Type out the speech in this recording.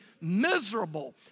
miserable